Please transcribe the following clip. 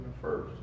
first